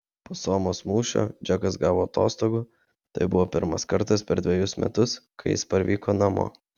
po somos mūšio džekas gavo atostogų tai buvo pirmas kartas per dvejus metus kai jis parvyko namo